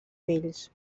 fills